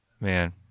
Man